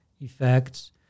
effects